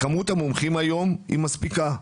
כמות המומחים היום היא מספיקה.